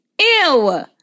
Ew